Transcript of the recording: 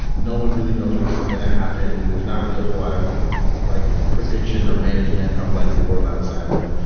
no one really knows what's going to happen. there's not really a whole lot of like prediction or management of like the world outside of.